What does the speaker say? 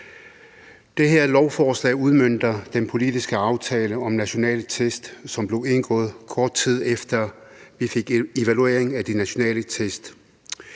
Det her lovforslag udmønter den politiske aftale om nationale test, som blev indgået, kort tid efter vi fik evalueringen af de nationale test.